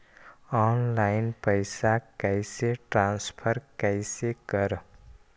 Online पैसा कैसे transfer कैसे कर?